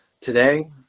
today